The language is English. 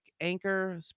anchor